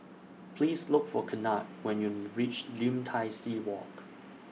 Please Look For Kennard when YOU REACH Lim Tai See Walk